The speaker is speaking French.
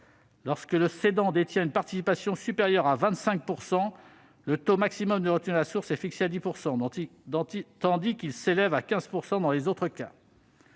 lorsque le cédant détient une participation supérieure à 25 %, le taux maximum de retenue à la source est fixé à 10 %, tandis qu'il s'élève à 15 % dans les autres cas.